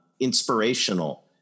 inspirational